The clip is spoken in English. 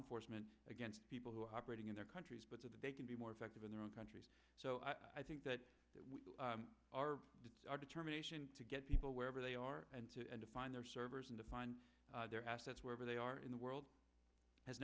enforcement against people who are operating in their countries but that they can be more effective in their own countries so i think that we are it's our determination to get people wherever they are and to find their servers and to find their assets wherever they are in the world has